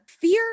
fear